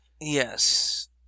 Yes